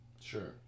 Sure